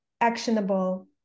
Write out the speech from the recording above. actionable